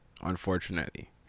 unfortunately